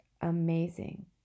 amazing